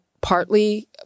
partly